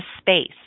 space